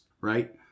right